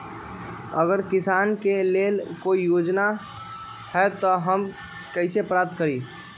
अगर किसान के लेल कोई योजना है त हम कईसे प्राप्त करी?